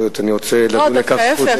לא, דווקא ההיפך.